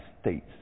States